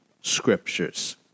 Scriptures